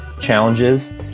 challenges